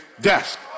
desk